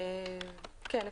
כן.